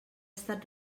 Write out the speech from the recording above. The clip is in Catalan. estat